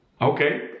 okay